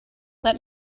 let